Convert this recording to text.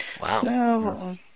Wow